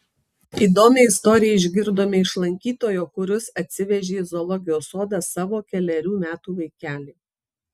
įdomią istoriją išgirdome iš lankytojo kuris atsivežė į zoologijos sodą savo kelerių metų vaikelį